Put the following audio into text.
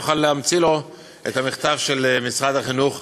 אני אוכל להמציא לו את המכתב של משרד החינוך